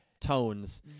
tones